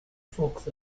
folks